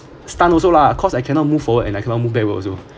stunned also lah because I cannot move forward and I cannot move backwards also